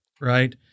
right